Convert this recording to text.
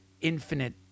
infinite